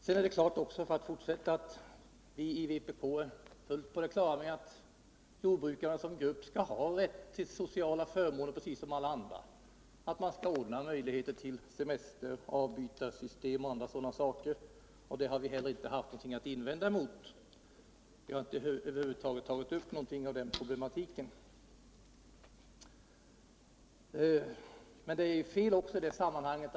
Vi i vpk är naturligtvis fullt på det klara med att jordbrukarna som grupp skall ha rätt till sociala förmåner precis som alla andra. att man skall ordna möjligheter till semesteravbytarsystem och annat sådant. Det har vi heller inte haft någonting att invända mot. Vi har över huvud taget inte tagit upp någonting av den problematiken. Det är emellertid fel att i det sammanhanget.